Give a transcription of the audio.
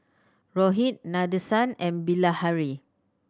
Rohit Nadesan and Bilahari